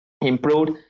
improved